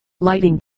lighting